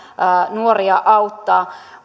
nuoria auttaa